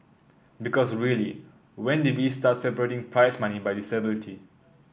because really when did we start separating prize money by disability